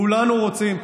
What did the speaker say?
כולנו רוצים.